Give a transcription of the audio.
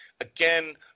again